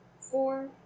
four